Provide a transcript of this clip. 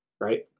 right